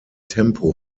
tempo